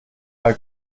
bei